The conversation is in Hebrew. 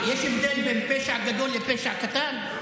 יש הבדל בין פשע גדול לפשע קטן?